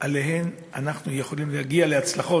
לגביהן אנחנו יכולים להגיע להצלחות,